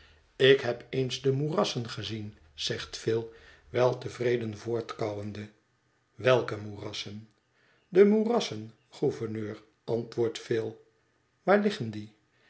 ik heb eens de moerassen gezien zegt phil weltevreden voortkauwende welke moerassen de moerassen gouverneur antwoordt phil waar liggen die